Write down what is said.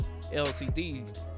lcd